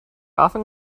often